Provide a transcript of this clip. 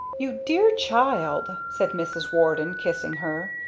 you dear child! said mrs. warden, kissing her.